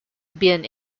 been